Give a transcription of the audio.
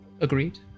Agreed